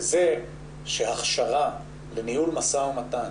וזה שהכשרה לניהול משא ומתן